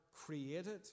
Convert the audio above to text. created